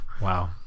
Wow